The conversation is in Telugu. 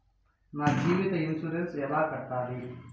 నా జీవిత ఇన్సూరెన్సు ఎలా కట్టాలి?